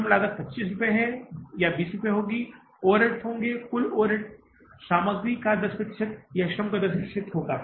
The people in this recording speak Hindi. श्रम लागत 25 रुपये या 20 रुपये होगी और ओवरहेड होंगे कुल ओवरहेड सामग्री का 10 प्रतिशत या श्रम का 10 प्रतिशत होगा